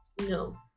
no